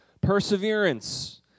Perseverance